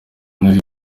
nari